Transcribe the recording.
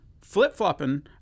flip-flopping